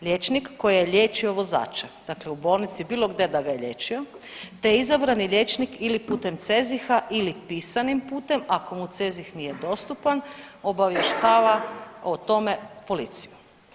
Liječnik koji je liječio vozača, dakle u bolnici bilo gde da ga je liječio te izabrani liječnik ili putem CEZIH-a ili pisanim putem, ako mu CEZIH nije dostupan obavještava o tome policiju.